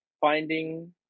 finding